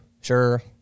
sure